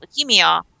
leukemia